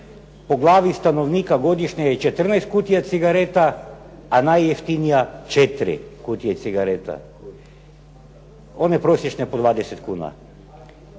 po glavi stanovnika godišnje je 14 kutija cigareta, a najjeftinija 4 kutije cigareta. One prosječne po 20 kuna.